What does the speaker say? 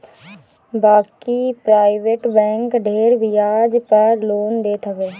बाकी private bank ढेर बियाज पअ लोन देत हवे